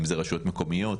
כמו רשויות מקומיות,